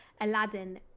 Aladdin